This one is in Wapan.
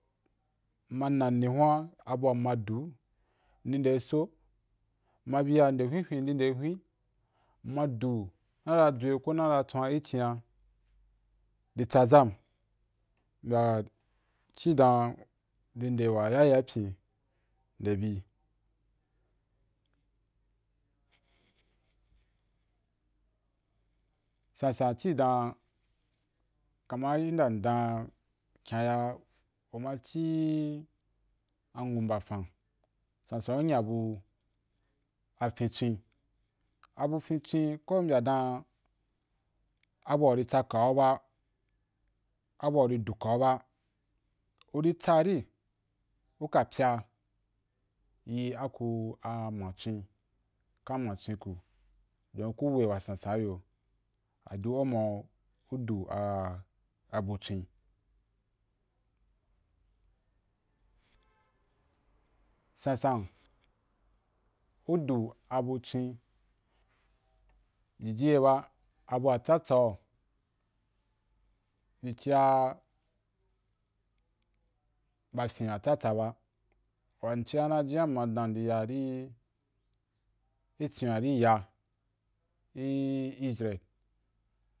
Mma nani hun’a, abu wan mmadu ndi de so, mma bi ya nde hwen hwen mmaɗu naira dwa naira twa’a i chin a i tsazam bya ci don ndi de wa yaya pyin de bi, san san ci dan kaman yin da ndan kyayah uma ci anwum bafan sansan u nyabu afintwen abu fintwen, ko u mbya dan abu wa uri tsaka’u ba abu a ri duka’u ba uri tsa ari uka pya yi aku amatwenkan, matwenku dun ku weh wa sansan i yo a dun au ma u du abu twen, sansan u du abutwen jiji ye ba abu a tsa tsay i jiya ba fyin a tsatsa ba, wan nci a na mma dan ndi ya ri itwen a ri ya i is real